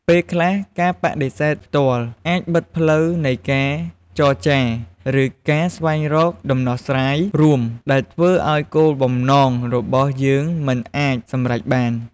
ពេលខ្លះ ការបដិសេធផ្ទាល់អាចបិទផ្លូវនៃការចរចា ឬការស្វែងរកដំណោះស្រាយរួម ដែលធ្វើឲ្យគោលបំណងរបស់យើងមិនអាចសម្រេចបាន។